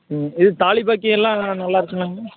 ம் இது தாலி பாக்கியம் எல்லாம் நல்லாயிருக்குங்களாங்க